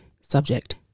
subject